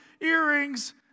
earrings